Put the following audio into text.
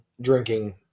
drinking